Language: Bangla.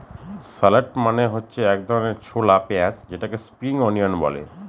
শালট মানে হচ্ছে এক ধরনের ছোলা পেঁয়াজ যেটাকে স্প্রিং অনিয়ন বলে